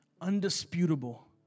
undisputable